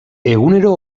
egunero